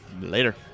Later